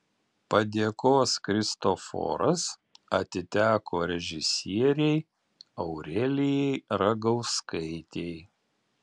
padėkos kristoforas atiteko režisierei aurelijai ragauskaitei